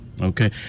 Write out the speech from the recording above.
Okay